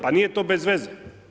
Pa nije to bezveze.